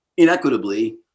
inequitably